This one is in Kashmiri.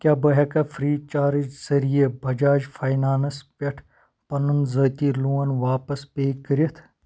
کیٛاہ بہٕ ہیٚکا فرٛی چارج ذٔریعہٕ باجاج فاینانٛس پٮ۪ٹھ پَنُن ذٲتی لون واپس پے کٔرِتھ؟